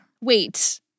Wait